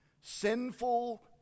sinful